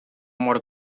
mor